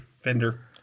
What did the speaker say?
Fender